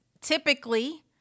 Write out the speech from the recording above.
typically